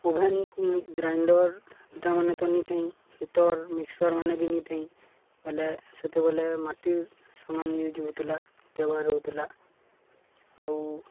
oven ଗ୍ରାଇଣ୍ଡର୍ଟା ମାନେ ତ ନେଇଥା ହିଟର୍ ମିକ୍ସର୍ ମାନେ ବି ନେଇଥା ବଲେ ସେତେବେଳେ ମାଟିର୍ ସାମାନ ୟୁଜ୍ ହେଉଥିଲା ବ୍ୟବହାର ହେଉଥିଲା ଆଉ